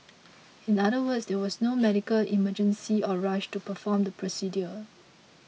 in other words there was no medical emergency or rush to perform the procedure